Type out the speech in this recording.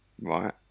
right